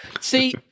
See